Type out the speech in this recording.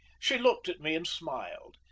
she looked at me and smiled,